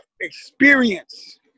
experience